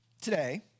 today